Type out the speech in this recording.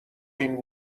این